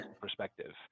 Perspective